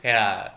ya